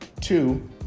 Two